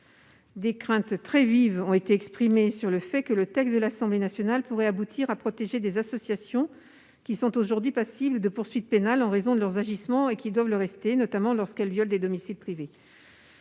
Des craintes très vives sont apparues quant au risque que le texte de l'Assemblée nationale puisse aboutir à protéger des associations qui sont aujourd'hui passibles de poursuites pénales en raison de leurs agissements, et qui doivent le rester, notamment lorsqu'elles violent des domiciles privés.